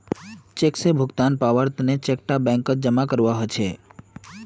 cheque स भुगतान पाबार तने चेक टा बैंकत जमा करवा हछेक